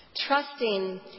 trusting